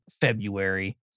February